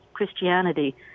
Christianity